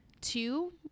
two